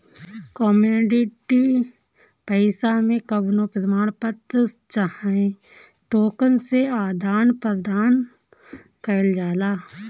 commodity पईसा मे कवनो प्रमाण पत्र चाहे टोकन से आदान प्रदान कईल जाला